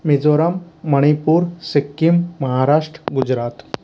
Mizoram Manipur Sikkim Maharashtra Gujarat